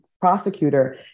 prosecutor